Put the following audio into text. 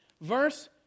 verse